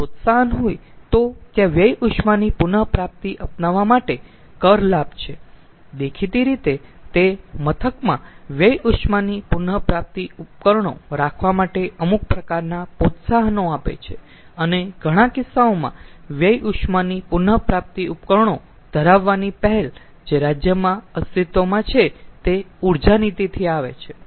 જો પ્રોત્સાહન હોય તો ત્યાં વ્યય ઉષ્માની પુન પ્રાપ્તિ અપનાવવા માટે કર લાભ છે દેખીતી રીતે તે મથકમાં વ્યય ઉષ્માની પુન પ્રાપ્તિ ઉપકરણો રાખવા માટે અમુક પ્રકારના પ્રોત્સાહન આપે છે અને ઘણા કિસ્સાઓમાં વ્યય ઉષ્માની પુન પ્રાપ્તિ ઉપકરણો ધરાવવાની પહેલ જે રાજ્યમાં અસ્તિત્વમાં છે તે ઊર્જા નીતિથી આવે છે